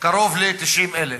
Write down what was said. קרוב ל-90,000.